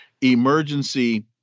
emergency